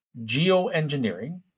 geoengineering